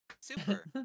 Super